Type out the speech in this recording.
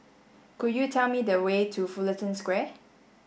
could you tell me the way to Fullerton Square